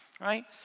right